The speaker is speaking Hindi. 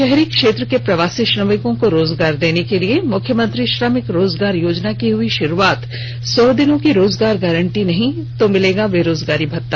भाहरी क्षेत्र के प्रवासी श्रमिकों को रोजगार देने के लिए मुख्यमंत्री श्रमिक रोजगार योजना की हुई भारूआत सौ दिनों की रोजगार गारंटी नहीं तो मिलेगा बेरोजगारी भत्ता